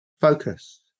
focus